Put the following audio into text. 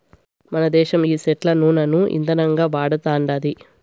మనదేశం ఈ సెట్ల నూనను ఇందనంగా వాడతండాది